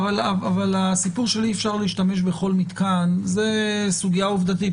הסיפור שאי-אפשר להשתמש בכל מתקן זו סוגיה עובדתית,